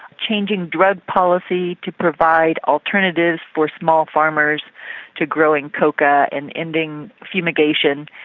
changing drug policies to provide alternatives for small farmers to growing coca and ending fumigation.